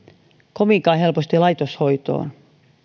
kovinkaan helposti laitoshoitoon